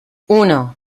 uno